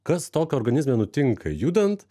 kas tokio organizme nutinka judant